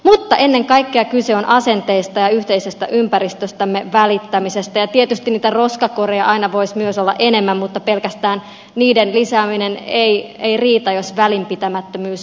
mutta ennen kaikkea kyse on asenteista ja yhteisestä ympäristöstämme välittämisestä ja tietysti niitä roskakoreja aina voisi myös olla enemmän mutta pelkästään niiden lisääminen ei riitä jos välinpitämättömyys jatkuu